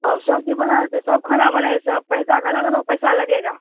آب سب چیز بنا دیں گے سب کھانا بنائے سب پیسہ کا الگ الگ پیسہ لگے گا